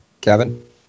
Kevin